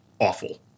awful